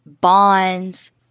Bonds